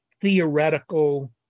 theoretical